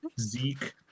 Zeke